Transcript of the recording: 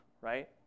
right